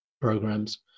programs